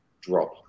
drop